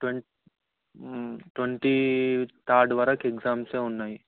twenty twenty third వరకు ఎగ్జామ్సే ఉన్నాయి